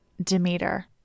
Demeter